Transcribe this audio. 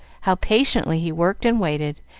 how patiently he worked and waited,